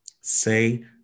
say –